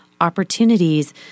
opportunities